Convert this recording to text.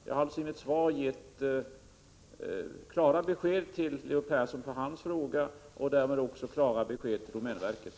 Jag har alltså i mitt svar gett klara besked till Leo Persson med anledning av hans fråga och därmed också klara besked till domänverket.